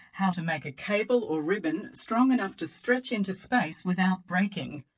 how to make a cable or ribbon strong enough to stretch into space without breaking?